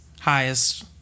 highest